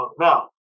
Now